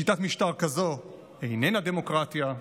שיטת משטר כזאת איננה דמוקרטיה.